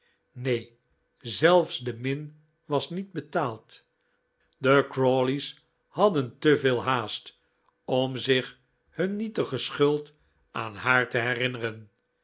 nee zelfs de min was niet betaald de crawley's hadden te veel haast om zich hun nietige schuld aan haar te hersnneren